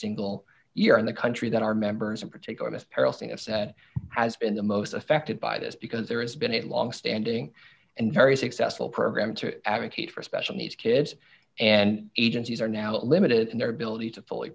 single year in the country that are members of particular this peril singer said has been the most affected by this because there has been a longstanding and very successful program to advocate for special needs kids and agencies are now limited in their ability to fully